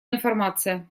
информация